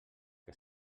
que